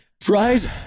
Fries